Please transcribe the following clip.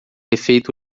efeito